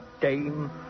dame